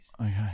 Okay